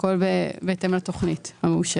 הכול בהתאם לתוכנית המאושרת.